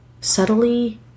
subtly